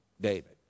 David